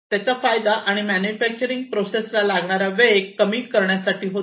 त्याचा फायदा आणि मॅन्युफॅक्चरिंग प्रोसेस ला लागणारा वेळ कमी करण्यासाठी होतो